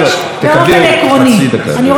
בבקשה.